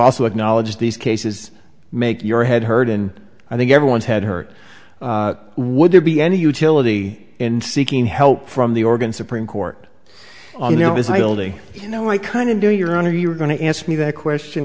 also acknowledged these cases make your head hurt and i think everyone's head hurt would there be any utility in seeking help from the organ supreme court on notice i only you know i kind of do your honor you're going to ask me that question